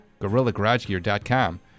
GorillaGarageGear.com